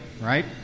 right